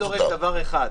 אני דורש דבר אחד.